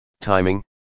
timing